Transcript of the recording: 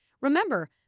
Remember